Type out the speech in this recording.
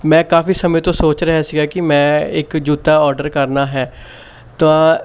ਮੈਂ ਕਾਫ਼ੀ ਸਮੇਂ ਤੋਂ ਸੋਚ ਰਿਹਾ ਸੀਗਾ ਕਿ ਮੈਂ ਇੱਕ ਜੁੱਤਾ ਔਰਡਰ ਕਰਨਾ ਹੈ ਤਾਂ